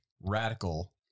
radical